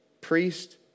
priest